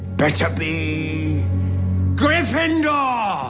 better be gryffindor ah